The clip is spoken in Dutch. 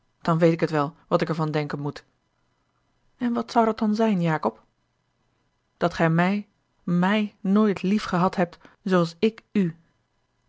dan weet ik het wel wat ik er van denken moet en wat zou dat dan zijn jacob dat gij mij mij nooit liefgehad hebt zooals ik u